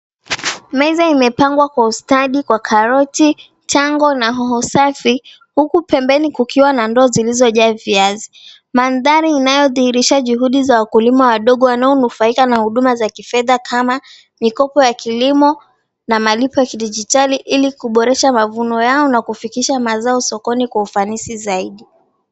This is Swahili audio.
Meza imepangwa kwa ustadi kwa karoti, tango na hoho safi, huku pembeni kukiwa na ndoo zilizojaa viazi. Mandhari inayodhihirisha juhudi za wakulima wadogo wanaonufaika na huduma za kifedha kama mikopo ya kilimo na malipo ya kidijitali, ili kuboresha mavuno yao na kufikisha mazao sokoni kwa ufanisi zaidi.